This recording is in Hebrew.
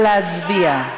נא להצביע.